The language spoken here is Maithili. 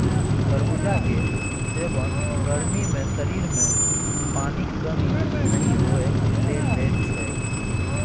तरबुजा केर सेबन गर्मी मे शरीर मे पानिक कमी नहि होइ लेल दैत छै